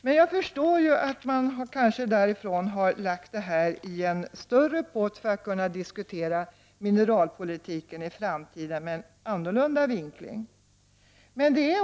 Men jag förstår att utskottet kanske har lagt detta i en större pott för att kunna diskutera mineralpolitiken i framtiden med en annorlunda vinkling.